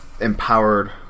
empowered